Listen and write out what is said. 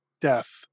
death